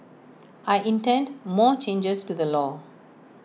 I intend more changes to the law